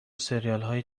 سریالهای